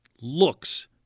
looks